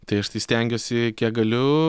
tai aš tai stengiuosi kiek galiu